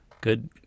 Good